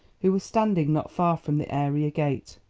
who were standing not far from the area gate,